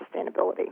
sustainability